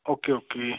okay okay